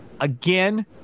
Again